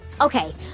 Okay